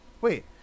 Wait